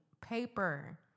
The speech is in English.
paper